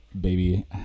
baby